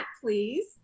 please